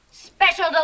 Special